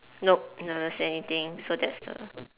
nope never say anything so that's the